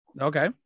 okay